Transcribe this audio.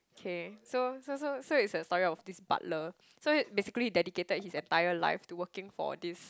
okay so so so so is a story of this butler so basically he dedicated his entire life to working for this